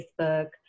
Facebook